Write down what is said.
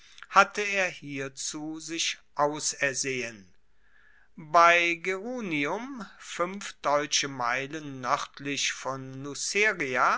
hatte er hierzu sich ausersehen bei gerunium fuenf deutsche meilen noerdlich von